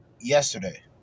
yesterday